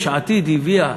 יש עתיד הביאה,